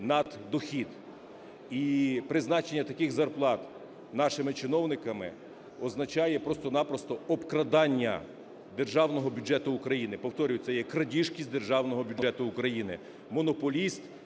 наддохід, і призначення таких зарплат нашими чиновниками означає просто-напросто обкрадання державного бюджету України. Повторюю, це є крадіжки з державного бюджету України. Монополіст